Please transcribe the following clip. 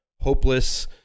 hopeless